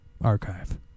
archive